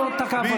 הוא לא תקף אותך.